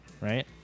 right